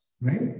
right